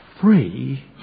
free